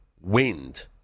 wind